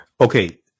Okay